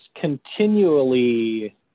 continually